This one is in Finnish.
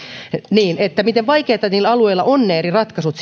miten vaikeita niillä alueilla ovat eri ratkaisut